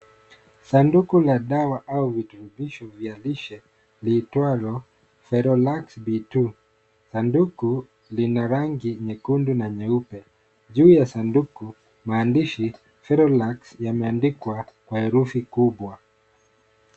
Sanduku la dawa au viturubisho vialishe liitwalo Ferolax B2 . Sanduku lina rangi nyekundu na nyeupe. Juu ya sanduku maandishi FEROLAX yameandikwa kwa herufi kubwa.